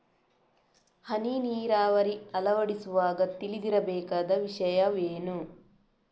ಹನಿ ನೀರಾವರಿ ಅಳವಡಿಸುವಾಗ ತಿಳಿದಿರಬೇಕಾದ ವಿಷಯವೇನು?